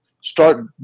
start